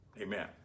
Amen